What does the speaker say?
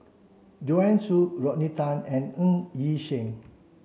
Joanne Soo Rodney Tan and Ng Yi Sheng